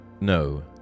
No